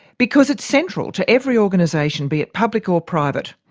because it's central to every organisation, be it public or private,